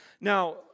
Now